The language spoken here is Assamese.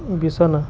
বিচনা